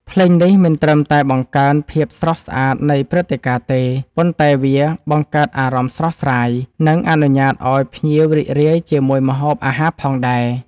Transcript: ភ្លេងនេះមិនត្រឹមតែបង្កើនភាពស្រស់ស្អាតនៃព្រឹត្តិការណ៍ទេ ប៉ុន្តែវាបង្កើតអារម្មណ៍ស្រស់ស្រាយ និងអនុញ្ញាតឲ្យភ្ញៀវរីករាយជាមួយម្ហូបអាហារផងដែរ។